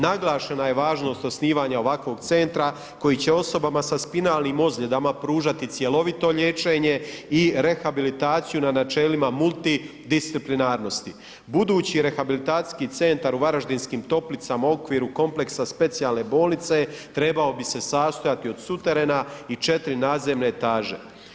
Naglašena je važnost osnivanja ovakvog centra koji će osobama sa spinalnim ozljedama pružati cjelovito liječenje i rehabilitaciju na načelima multidisciplinarnosti, budući rehabilitacijski centar u Varaždinskim Toplicama u okviru kompleksa specijalne bolnice trebao bi se sastojati od suterena i 4 nadzemne etaže.